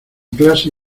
clase